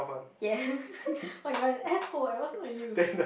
yeah !wah! you're an asshole eh what's wrong with you